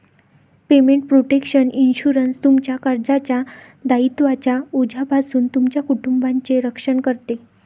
payment protection insurance, तुमच्या कर्जाच्या दायित्वांच्या ओझ्यापासून तुमच्या कुटुंबाचे रक्षण करते